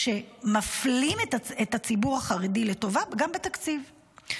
מפלים את הציבור החרדי לטובה גם בתקציב.